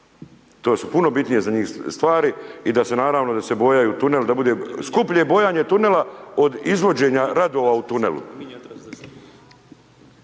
to su puno bitnije za njih stvari i da se naravno da se bojaju tuneli da bude, skuplje je bojanje tunela od izvođenja radova u tunelu.